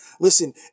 Listen